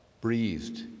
breathed